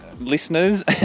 listeners